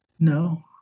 No